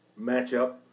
matchup